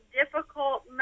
difficult